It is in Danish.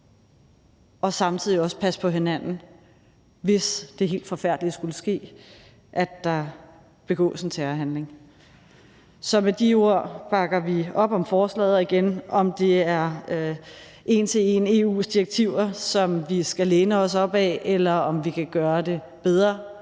og samtidig passe på hinanden, hvis det helt forfærdelige skulle ske, at der begås en terrorhandling? Så med de ord bakker vi op om forslaget. Og igen: Om det en til en er EU's direktiver, som vi skal læne os op ad, eller om vi kan gøre det bedre